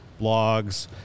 blogs